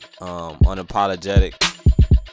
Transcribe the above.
unapologetic